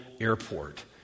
airport